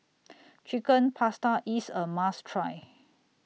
Chicken Pasta IS A must Try